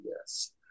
yes